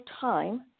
time